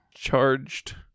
charged